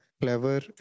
clever